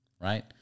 right